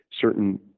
certain